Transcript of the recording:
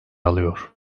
alıyor